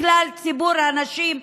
מכלל ציבור הנשים,